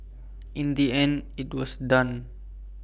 in the end IT was done